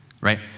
right